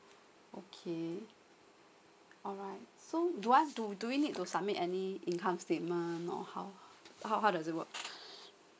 okay alright so do I have to do we need to submit any income statement or how how how how does it work